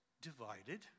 divided